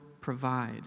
provide